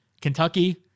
Kentucky